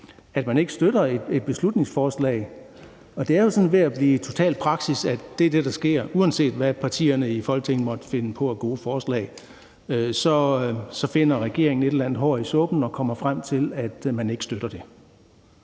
at den ikke støtter et beslutningsforslag. Det er jo sådan ved at blive total praksis, at det er det, der sker. Uanset hvad partierne i Folketinget måtte finde på af gode forslag, finder regeringen et eller andet hår i suppen og kommer frem til, at man ikke støtter det.